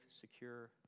secure